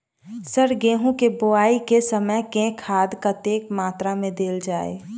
Sir गेंहूँ केँ बोवाई केँ समय केँ खाद कतेक मात्रा मे देल जाएँ?